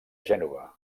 gènova